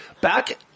back